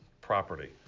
property